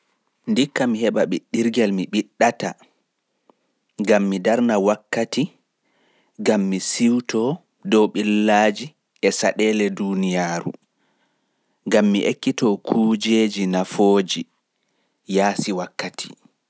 Ndikka mi heɓa ɓiɗɗirgel ngel mi ɓiɗɗata gam mi darna wakkati gam mi siwto dow ɓillaaji e caɗeele duniyaaru. Gam mi ekkito kujeeji kesi kesi nafooji, yaasi wakkati.